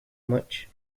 much